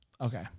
Okay